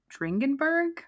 Dringenberg